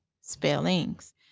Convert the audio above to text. spellings